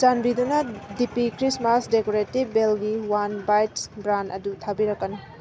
ꯆꯥꯟꯕꯤꯗꯨꯅ D P Christmas decorative ꯕꯦꯜꯒꯤ ꯋꯥꯟ ꯕꯥꯏꯠꯁ ꯕ꯭ꯔꯥꯟ ꯑꯗꯨ ꯊꯥꯕꯤꯔꯛꯀꯅꯨ